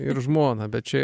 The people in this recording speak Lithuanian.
ir žmoną bet čia